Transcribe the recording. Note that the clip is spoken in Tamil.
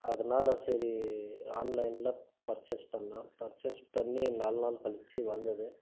அதனால் சரி ஆன்லைனில் பர்சேஸ் பண்ணுவேன் பர்சேஸ் பண்ணி நால் நாள் கழிச்சு வந்தது